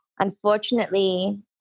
Unfortunately